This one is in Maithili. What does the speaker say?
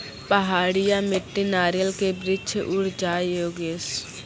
पहाड़िया मिट्टी नारियल के वृक्ष उड़ जाय योगेश?